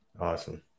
Awesome